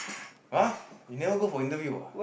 !huh! you never go for interview ah